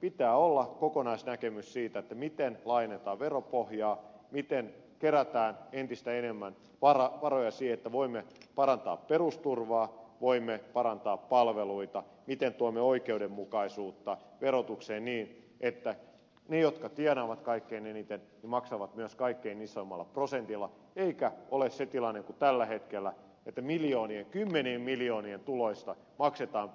pitää olla kokonaisnäkemys siitä miten laajennetaan veropohjaa miten kerätään entistä enemmän varoja siihen että voimme parantaa perusturvaa voimme parantaa palveluita miten tuomme oikeudenmukaisuutta verotukseen niin että ne jotka tienaavat kaikkein eniten maksavat myös kaikkein isoimmalla prosentilla eikä ole se tilanne kuin tällä hetkellä että kymmenien miljoonien tuloista maksetaan